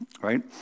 Right